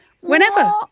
Whenever